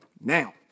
Now